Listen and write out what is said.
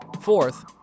Fourth